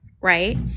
right